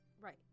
Right